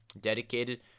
dedicated